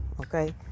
okay